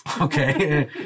Okay